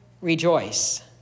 Rejoice